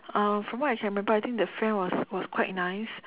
uh from what I can remember I think that friend was was quite nice